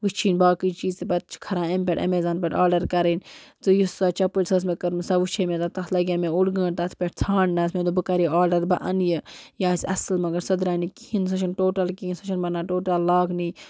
وٕچھِنۍ باقٕے چیٖز تہِ پَتہٕ چھِ کھَران اَمہِ پٮ۪ٹھ اٮ۪مَزان پٮ۪ٹھ آرڈَر کَرٕنۍ تہٕ یۄس سۄ چَپٕلۍ سۄ ٲس مےٚ کٔرۍمٕژ سۄ وٕچھے مےٚ تَتھ لَگے مےٚ اوٚڑ گٲنٛٹہٕ تَتھ پٮ۪ٹھ ژھانٛڈنَس مےٚ دوٚپ بہٕ کَرٕ یہِ آرڈَر بہٕ اَنہٕ یہِ یہِ آسہِ اصٕل مگر سۄ درٛایہِ نہٕ کِہیٖنۍ سۄ چھَنہٕ ٹوٹَل کِہیٖنۍ سۄ چھَنہٕ بنان ٹوٹَل لاگنی